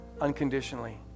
unconditionally